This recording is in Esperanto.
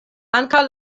ankaŭ